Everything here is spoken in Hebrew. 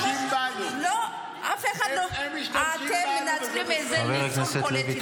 לא, טעות, הם משתמשים בנו.